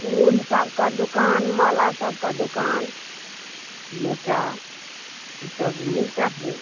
फूल सबका दुकान माला सबका दुकान लोटा ई सब मिलता है न